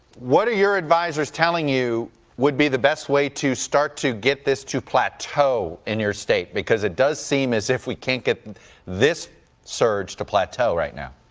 what are your advisers telling you would be the best way to start to get this to plateau in your state? because it does seem as if we can't get this surge to plateau right now?